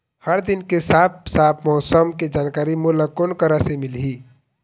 हर दिन के साफ साफ मौसम के जानकारी मोला कोन करा से मिलही?